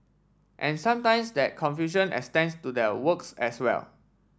and sometimes that confusion extends to their works as well